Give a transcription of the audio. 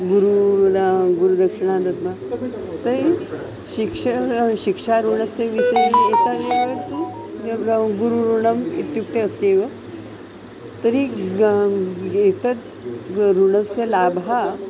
गुरूणा गुरुदक्षिणा दद्मः तर्हि शिक्ष शिक्षाऋणस्य विषये एतदेव तु नाम गुरूणाम् इत्युक्ते अस्ति एव तर्हि गा एतद् ऋणस्य लाभः